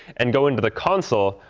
and go into the console,